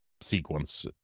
sequence